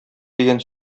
дигән